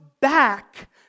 back